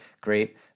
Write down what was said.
great